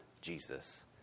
Jesus